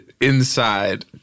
inside